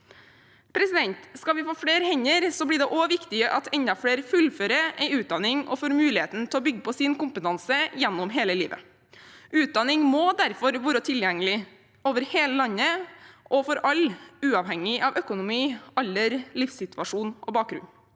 til å ta. Skal vi få flere hender, blir det også viktig at enda flere fullfører en utdanning og får mulighet til å bygge på sin kompetanse gjennom hele livet. Utdanning må derfor være tilgjengelig over hele landet og for alle, uavhengig av økonomi, alder, livssituasjon og bakgrunn.